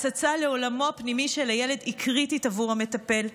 הצצה לעולמו הפנימי של הילד היא קריטית עבור המטפל,